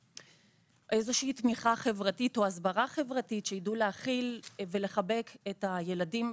איזושהי תמיכה חברתית או הסברה חברתית שידעו להכיל ולחבק את הילדים.